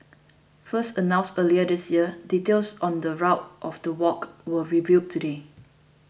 first announced earlier this year details on the route of the walk were revealed today